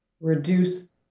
reduce